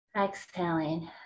exhaling